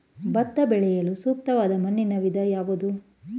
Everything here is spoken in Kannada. ಭತ್ತ ಬೆಳೆಯಲು ಸೂಕ್ತವಾದ ಮಣ್ಣಿನ ವಿಧ ಯಾವುದು?